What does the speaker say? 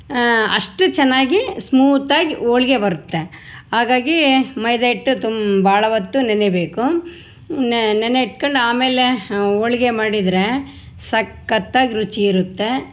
ಅಷ್ಟು ಚೆನ್ನಾಗಿ ಸ್ಮೂತಾಗಿ ಹೋಳ್ಗೆ ಬರುತ್ತೆ ಹಾಗಾಗಿ ಮೈದಾ ಹಿಟ್ಟು ತುಂ ಭಾಳ ಹೊತ್ತು ನೆನಿಬೇಕು ನೆನೆ ಇಟ್ಕೊಂಡು ಆಮೇಲೆ ಹೋಳ್ಗೆ ಮಾಡಿದರೆ ಸಕ್ಕತ್ತಾಗಿ ರುಚಿ ಇರುತ್ತೆ